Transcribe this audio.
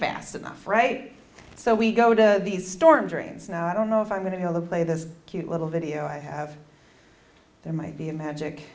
fast enough freight so we go to these storm drains and i don't know if i'm going to have the play this cute little video i have there might be a magic